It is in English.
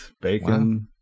bacon